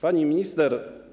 Pani Minister!